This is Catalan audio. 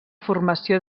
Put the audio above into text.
formació